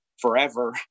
forever